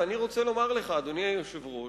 ואני רוצה לומר לך, אדוני היושב-ראש: